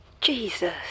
Jesus